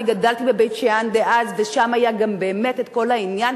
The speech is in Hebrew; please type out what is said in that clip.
אני גדלתי בבית-שאן דאז ושם היה גם כל העניין